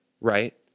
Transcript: Right